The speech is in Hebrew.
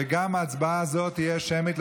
וגם ההצעה הזאת תהיה שמית,